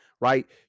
Right